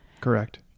Correct